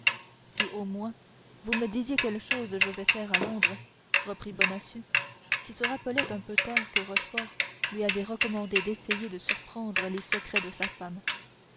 si au moins vous me disiez quelle chose je vais faire à londres reprit bonacieux qui se rappelait un peu tard que rochefort lui avait recommandé d'essayer de surprendre les secrets de sa femme